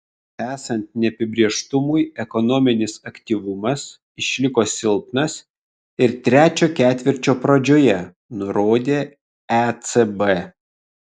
esant neapibrėžtumui ekonominis aktyvumas išliko silpnas ir trečio ketvirčio pradžioje nurodė ecb